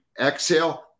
exhale